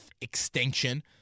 extinction